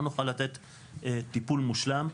לא נוכל לתת טיפול מושלם.